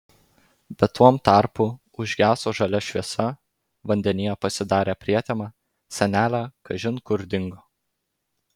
bet tuom tarpu užgeso žalia šviesa vandenyje pasidarė prietema senelė kažin kur dingo